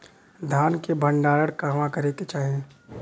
धान के भण्डारण कहवा करे के चाही?